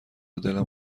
دلم